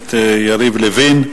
הכנסת יריב לוין.